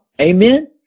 Amen